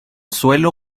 suelo